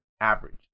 average